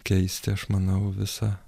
keisti aš manau visą